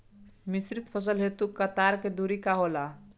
मिश्रित फसल हेतु कतार के दूरी का होला?